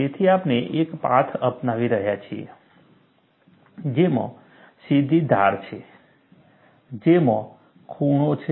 તેથી આપણે એક પાથ અપનાવી રહ્યા છીએ જેમાં સીધી ધાર છે જેમાં ખૂણાઓ છે